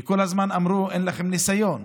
כי כל הזמן אמרו: אין לכם ניסיון.